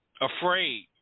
afraid